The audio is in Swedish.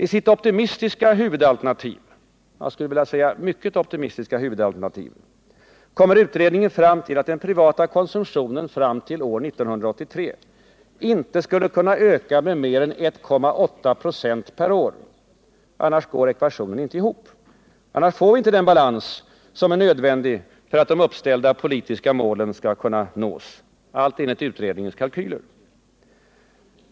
I sitt mycket optimistiska huvudalternativ kommer utredningen fram till att den privata konsumtionen fram till år 1983 inte skulle kunna öka med mer än 1,8 26 per år. Annars går ekvationen inte ihop. Annars får vi inte den balans som är nödvändig för att de uppställda politiska målen skall kunna nås — allt enligt utredningens kalkyler.